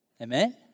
Amen